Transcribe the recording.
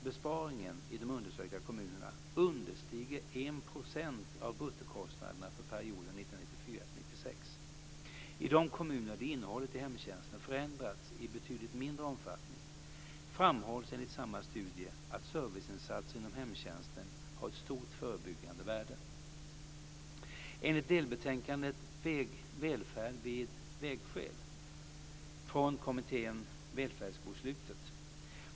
Besparingen i de undersökta kommunerna understiger 1 % av bruttokostnaderna för perioden 1994-1996. I de kommuner där innehållet i hemtjänsten förändrats i betydligt mindre omfattning framhålls enligt samma studie att serviceinsatser inom hemtjänsten har ett stort förebyggande värde.